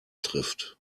trifft